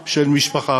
של משפחה,